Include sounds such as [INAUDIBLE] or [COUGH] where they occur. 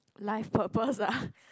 life purpose ah [BREATH]